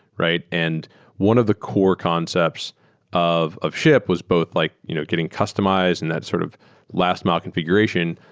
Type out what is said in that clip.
right? and one of the core concepts of of ship was both like you know getting customized and that sort of last mile configuration,